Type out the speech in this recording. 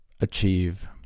achieve